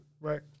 right